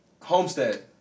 Homestead